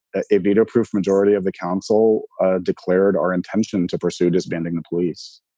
ah a veto proof majority of the council ah declared our intention to pursue disbanding the police,